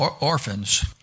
orphans